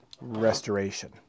restoration